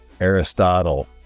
Aristotle